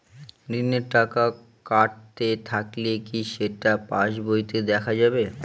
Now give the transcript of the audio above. ঋণের টাকা কাটতে থাকলে কি সেটা পাসবইতে দেখা যাবে?